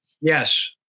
Yes